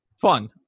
fun